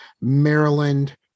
Maryland